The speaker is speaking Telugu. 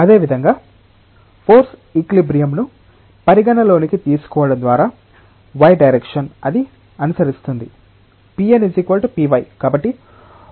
అదేవిధంగా ఫోర్స్ ఈక్విలిబ్రియంను పరిగణనలోకి తీసుకోవడం ద్వారా y డైరెక్షన్ అది అనుసరిస్తుంది pnpy